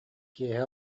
киэһэ